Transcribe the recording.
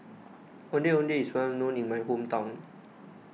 Ondeh Ondeh is well known in my hometown